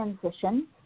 transition